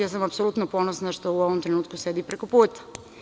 Ja sam izuzetno ponosna što u ovom trenutku sedi prekoputa.